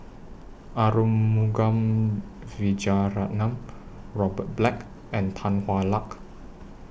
Arumugam Vijiaratnam Robert Black and Tan Hwa Luck